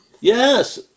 Yes